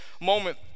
moment